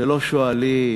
שלא שואלים,